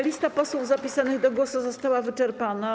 Lista posłów zapisanych do głosu została wyczerpana.